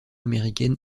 américaine